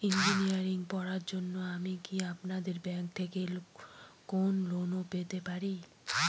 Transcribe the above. Engineering পড়ার জন্য আমি কি আপনাদের ব্যাঙ্ক থেকে কোন লোন পেতে পারি?